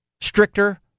stricter